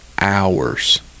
hours